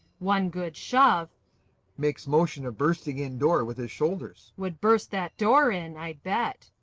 one good shove makes motion of bursting in door with his shoulders would burst that door in i bet.